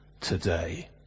today